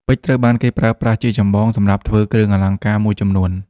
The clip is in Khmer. ពេជ្រត្រូវបានគេប្រើប្រាស់ជាចម្បងសម្រាប់ធ្វើគ្រឿងអលង្ការមួយចំនួន។